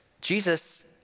Jesus